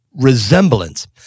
resemblance